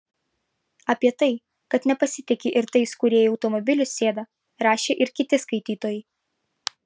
apie tai kad nepasitiki ir tais kurie į automobilius sėda rašė ir kiti skaitytojai